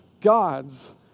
gods